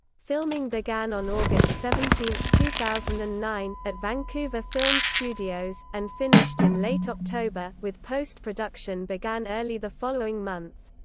filming began on august seventeen, two thousand and nine, at vancouver film studios, and finished in late october, with post-production began early the following month.